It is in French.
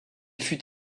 fut